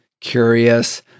curious